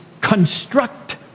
construct